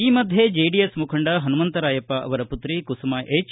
ಈ ಮಧ್ಯೆ ಜೆಡಿಎಸ್ ಮುಖಂಡ ಹನುಮಂತರಾಯಪ್ಪ ಅವರ ಪುತ್ರಿ ಕುಸುಮಾ ಎಚ್